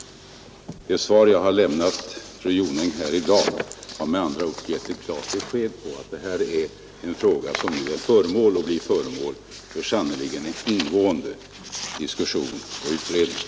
Det svar jag lämnat i dag har med andra ord gett ett klart besked om att detta är en fråga som blir föremål för en verkligt ingående diskussion och utredning.